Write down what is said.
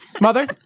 Mother